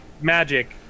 magic